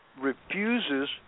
refuses